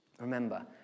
Remember